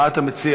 מה אתה מציע?